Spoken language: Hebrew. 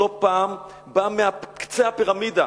לא פעם בא מקצה הפירמידה.